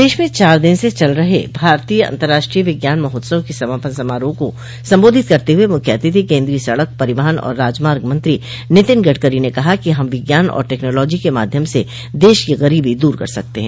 प्रदेश में चार दिन से चल रहे भारतीय अतर्राष्ट्रीय विज्ञान महोत्सव के समापन समारोह को संबोधित करते हुए मुख्य अतिथि केन्द्रीय सड़क परिवहन और राजमार्ग मंत्री नितिन गडकरी ने कहा कि हम विज्ञान और टेक्नोलॉजी के माध्यम से देश की गरीबी दूर कर सकते हैं